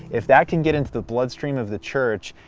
if that can get into the bloodstream of the church,